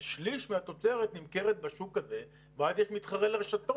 אז שליש מהתוצרת נמכרת בשוק הזה ואז יש מתחרה לרשתות.